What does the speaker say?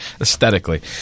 aesthetically